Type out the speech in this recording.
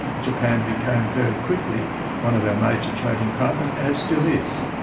japan became very quickly one of our major trading partners and it still is.